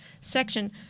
section